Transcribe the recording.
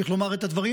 צריך לומר את הדברים.